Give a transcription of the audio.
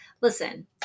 Listen